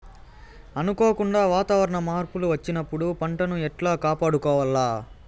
అనుకోకుండా వాతావరణ మార్పులు వచ్చినప్పుడు పంటను ఎట్లా కాపాడుకోవాల్ల?